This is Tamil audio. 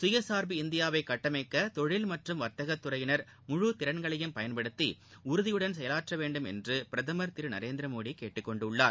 சுயசார்பு இந்தியாவை கட்டமைக்க தொழில் மற்றும் வர்த்தக துறையினர் முழு திறன்களையும் பயன்படுத்தி உறுதியுடன் செயலாற்றவேண்டும் என்று பிரதமர் திரு நரேந்திரமோடி கேட்டுக்கொண்டுள்ளார்